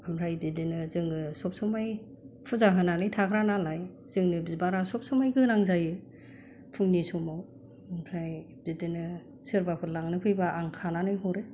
ओमफ्राय बिदिनो जोङो सब समय फुजा होनानै थाग्रा नालाय जोंनो बिबारा सब समय गोनां जायो फुंनि समाव ओमफ्राय बिदिनो सोरबाफोर लांनो फैब्ला आं खानानै हरो